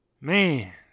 man